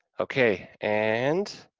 okay, and,